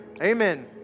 amen